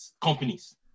companies